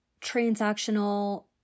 transactional